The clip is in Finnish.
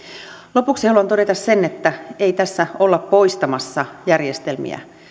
lopuksi haluan todeta sen että ei tässä olla poistamassa järjestelmiä